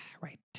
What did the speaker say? Right